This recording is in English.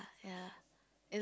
ya it